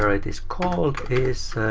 ah it is called is,